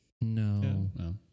No